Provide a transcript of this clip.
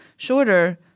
Shorter